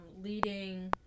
leading